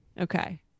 Okay